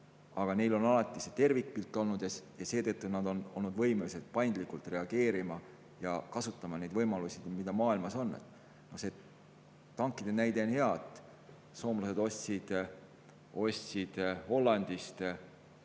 Aga neil on alati olnud see tervikpilt ja seetõttu on nad olnud võimelised paindlikult reageerima ja kasutama neid võimalusi, mis maailmas on olnud. Tankide näide on hea. Soomlased ostsid Hollandist